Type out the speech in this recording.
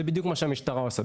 זה בדיוק מה שהמשטרה עושה.